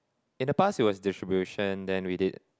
in the past it was distribution then we did